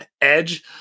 Edge